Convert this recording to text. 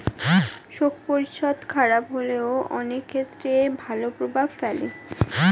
শোক পরিচ্ছদ খারাপ হলেও অনেক ক্ষেত্রে ভালো প্রভাব ফেলে